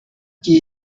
key